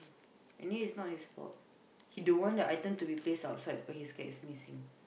anyway is not his fault he don't want the item to be placed outside but he scared is missing